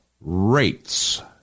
rates